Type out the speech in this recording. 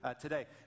today